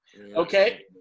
Okay